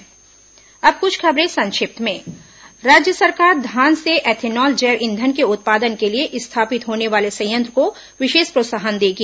संक्षिप्त समाचार अब कुछ अन्य खबरें संक्षिप्त में राज्य सरकार धान से एथेनॉल जैव ईंधन के उत्पादन के लिए स्थापित होने वाले संयंत्र को विशेष प्रोत्साहन देगी